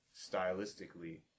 stylistically